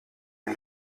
ein